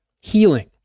healing